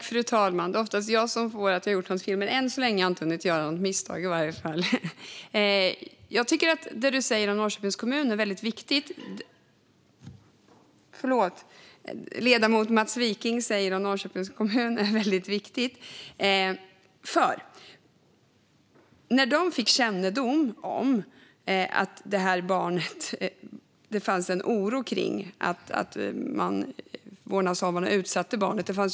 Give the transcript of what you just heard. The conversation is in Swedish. Fru talman! Det är oftast jag som får veta att jag har gjort något fel, men än så länge har jag inte hunnit göra något misstag. Det du säger om Norrköpings kommun är viktigt. Förlåt! Det ledamoten Mats Wiking säger om Norrköpings kommun är viktigt. Kommunen fick kännedom om att det fanns en oro för vad vårdnadshavarna utsatte barnet för.